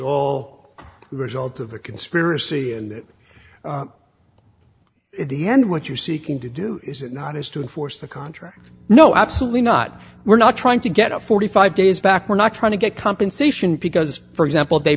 the result of a conspiracy and that the end what you're seeking to do is it not is to enforce the contract no absolutely not we're not trying to get a forty five days back we're not trying to get compensation because for example